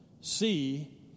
See